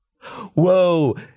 Whoa